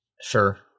Sure